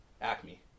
acme